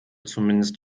zumindest